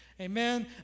Amen